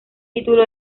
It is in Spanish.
título